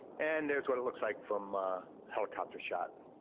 and there's what it looks like from a helicopter shot.